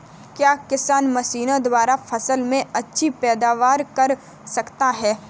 क्या किसान मशीनों द्वारा फसल में अच्छी पैदावार कर सकता है?